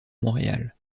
montréal